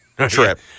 trip